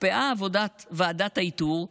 הוקפאה עבודת ועדת האיתור,